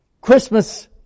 Christmas